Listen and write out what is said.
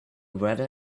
weather